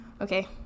Okay